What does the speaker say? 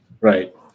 right